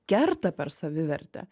kerta per savivertę